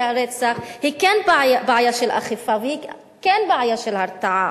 הרצח זה כן בעיה של אכיפה וכן בעיה של הרתעה.